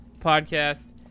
podcast